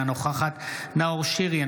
אינה נוכחת נאור שירי,